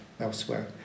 elsewhere